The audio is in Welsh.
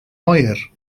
oer